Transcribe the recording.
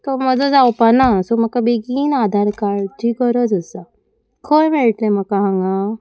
तो म्हजो जावपाना सो म्हाका बेगीन आधार कार्डची गरज आसा खंय मेळटले म्हाका हांगा